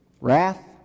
wrath